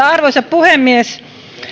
arvoisa puhemies